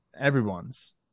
everyone's